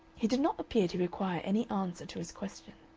he did not appear to require any answer to his question.